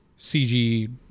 CG